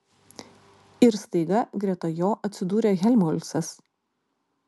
ir staiga greta jo atsidūrė helmholcas